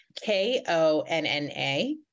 K-O-N-N-A